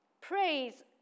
Praise